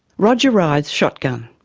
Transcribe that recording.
rodger rides shotgun.